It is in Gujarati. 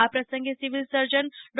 આ પ્રસંગે સિવિ લ સર્જન ડો